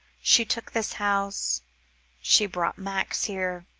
she took this house she brought max here